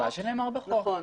מה שנאמר בחוק.